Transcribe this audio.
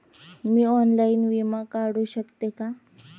मी online विमा काढू शकते का?